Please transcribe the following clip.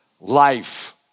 life